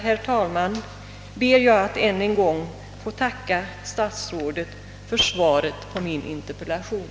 Med det anförda ber jag att än en gång få tacka statsrådet för svaret på min interpellation.